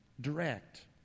direct